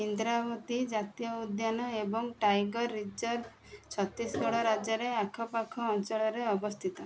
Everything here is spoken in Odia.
ଇନ୍ଦ୍ରାବତୀ ଜାତୀୟ ଉଦ୍ୟାନ ଏବଂ ଟାଇଗର ରିଜର୍ଭ ଛତିଶଗଡ଼ ରାଜ୍ୟରେ ଆଖପାଖ ଅଞ୍ଚଳରେ ଅବସ୍ଥିତ